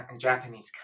Japanese